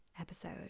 episode